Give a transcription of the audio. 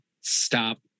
stop